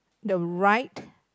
the right